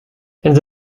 elles